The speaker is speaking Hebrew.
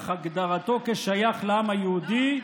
אך הגדרתו כשייך לעם היהודי